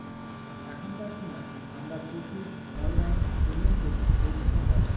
এখনকার সময় আমরা প্রচুর অনলাইন পেমেন্টের পরিষেবা পাবো